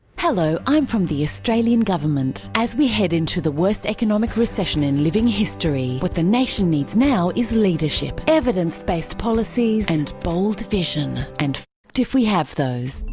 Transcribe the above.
hello, i'm from the australian government. as we head into the worst economic recession in living history. what the nation needs now is leadership, evidence based policies and bold vision. and if we have those.